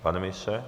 Pane ministře?